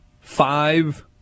five